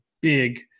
big